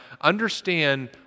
understand